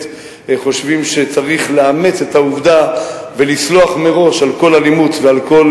חושבים שצריך לאמץ את העובדה ולסלוח מראש על כל אלימות ועל כל